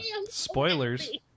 Spoilers